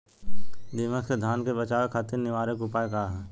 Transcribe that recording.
दिमक से धान के बचावे खातिर निवारक उपाय का ह?